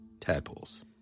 tadpoles